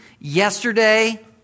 yesterday